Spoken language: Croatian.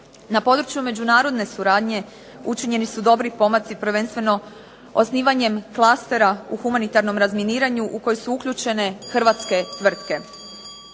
Na području međunarodne suradnje učinjeni su dobri pomaci, prvenstveno osnivanje klastera u humanitarnom razminiranju u koje su uključene hrvatske tvrtke.